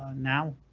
ah now,